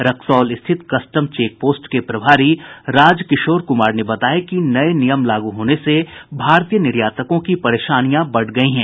रक्सौल स्थित custom check post के प्रभारी राजकिशोर कुमार ने बताया कि नये नियम लागू होने से भारतीय निर्यातकों की परेशानियां बढ़ गयी हैं